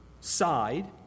side